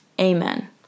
Amen